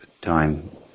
time